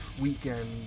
weekend